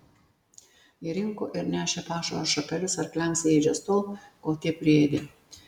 jie rinko ir nešė pašaro šapelius arkliams į ėdžias tol kol tie priėdė